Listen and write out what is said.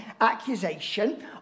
accusation